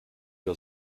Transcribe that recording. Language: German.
der